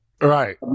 right